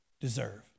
deserve